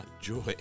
joy